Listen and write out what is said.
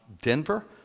Denver